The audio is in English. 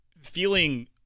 Feeling